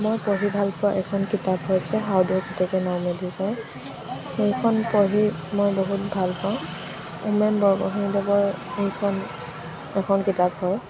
মই পঢ়ি ভাল পোৱা এখন কিতাপ হৈছে সাউদৰ পুতেকে নাওঁ মেলি যায় এইখন পঢ়ি মই বহুত ভাল পাওঁ হোমেন বৰগোহাঞিদেৱৰ এইখন এখন কিতাপ হয়